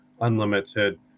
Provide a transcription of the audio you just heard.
unlimited